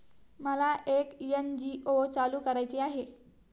मला एक एन.जी.ओ चालू करायची आहे